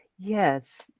Yes